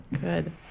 Good